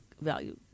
value